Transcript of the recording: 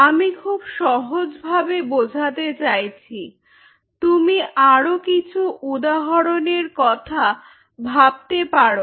আমি খুব সহজভাবে বোঝাতে চাইছি তুমি আরো কিছু উদাহরণ এর কথা ভাবতে পারো